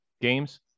games